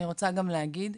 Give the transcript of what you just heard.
אני רוצה גם להגיד,